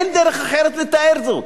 אין דרך אחרת לתאר זאת.